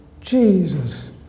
jesus